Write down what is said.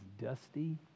dusty